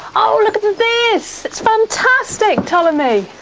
oh, look at this, it's fantastic, ptolemy!